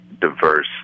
diverse